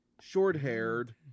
short-haired